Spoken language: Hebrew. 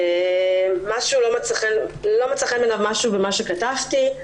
ולא מצא חן בעיניו משהו במה שכתבתי.